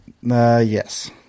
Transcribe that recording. Yes